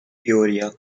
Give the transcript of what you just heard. peoria